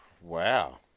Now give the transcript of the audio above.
Wow